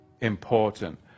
important